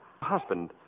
husband